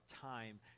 time